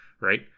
right